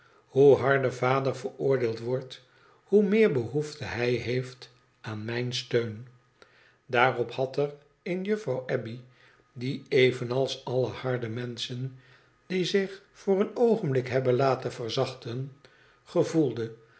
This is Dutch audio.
hoe harder vader veroordeeld wordt hoe meer behoefte hij heeft aan mijn steun daarop had er in juffrouw abbey die evenals alle harde menschen die zich voor een oogenblik hebben laten verzachten gevoelde